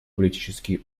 политические